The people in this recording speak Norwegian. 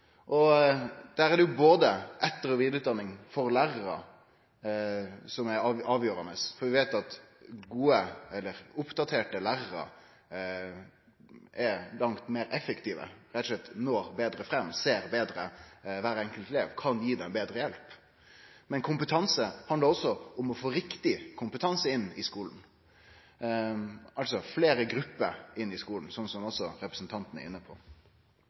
og der er både etter- og vidareutdanning for lærarar avgjerande. For vi veit at oppdaterte lærarar er langt meir effektive, rett og slett når betre fram, ser betre kvar enkelt elev og kan gje dei betre hjelp. Men kompetanse handlar også om å få riktig kompetanse inn i skulen, altså fleire grupper inn i skulen, slik ein også er inne på.